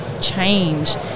change